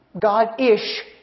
God-ish